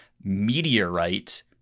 Meteorite